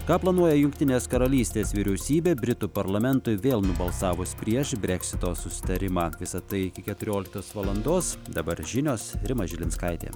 ką planuoja jungtinės karalystės vyriausybė britų parlamentui vėl nubalsavus prieš breksito susitarimą visa tai iki keturioliktos valandos dabar žinios rima žilinskaitė